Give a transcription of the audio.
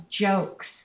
jokes